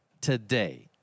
today